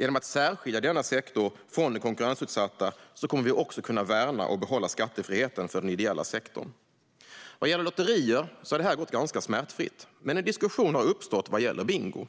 Genom att särskilja denna sektor från den konkurrensutsatta kommer vi också att kunna värna och behålla skattefriheten för den ideella sektorn. Vad gäller lotterier har detta gått ganska smärtfritt, men en diskussion har uppstått vad gäller bingo.